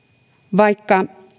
vaikka